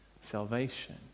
salvation